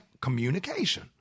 communication